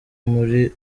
muri